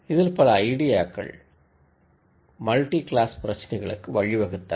இதில் பல ஐடியாக்கள் மல்டி கிளாஸ் பிரச்சினைகளுக்கு வழிவகுத்தன